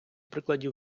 прикладів